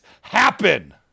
happen